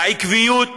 העקביות,